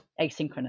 asynchronous